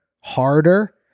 harder